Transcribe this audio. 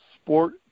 Sport